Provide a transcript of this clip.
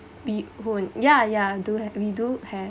bee hoon ya ya do have we do have